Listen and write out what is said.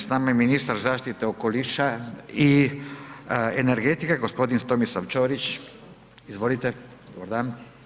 S nama je ministar zaštite okoliša i energetike gospodin Tomislav Ćorić, izvolite, dobar dan.